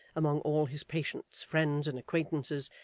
among all his patients, friends, and acquaintances,